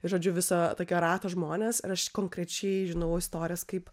žodžiu viso tokio rato žmonės ir aš konkrečiai žinau istorijas kaip